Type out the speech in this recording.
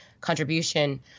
contribution